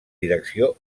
direcció